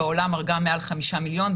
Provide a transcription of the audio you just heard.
המגיפה הרגה בעולם מעל 5 מיליון,